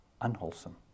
unwholesome